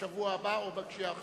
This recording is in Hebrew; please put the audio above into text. בשבוע הבא או כשהשר יחזור.